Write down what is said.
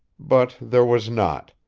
but there was not.